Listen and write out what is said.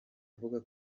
avuga